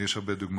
יש הרבה דוגמאות.